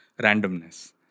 randomness